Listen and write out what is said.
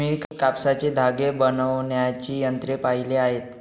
मी कापसाचे धागे बनवण्याची यंत्रे पाहिली आहेत